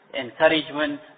encouragement